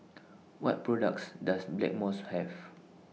What products Does Blackmores Have